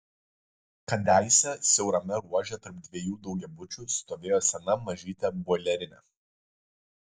kadaise siaurame ruože tarp dviejų daugiabučių stovėjo sena mažytė boilerinė